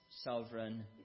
sovereign